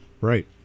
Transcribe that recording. right